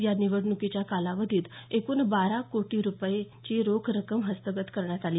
या निवडणुकीच्या कालावधीत एकूण बारा कोटी रूपयांची रोख रक्कम हस्तगत करण्यात आली